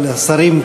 אבל השרים,